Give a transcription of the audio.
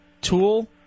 Tool